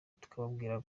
kubabwira